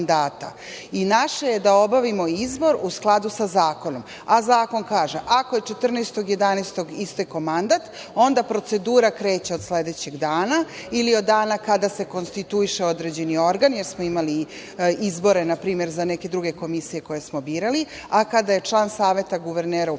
Naše je da obavimo izbor u skladu sa zakonom. Zakon kaže – ako je 14. novembra istekao mandat, onda procedura kreće od sledećeg dana ili od dana kada se konstituiše određeni organ, jer smo imali izbore, npr, za neke druge komisije koje smo birali, a kada je član Saveta guvernera u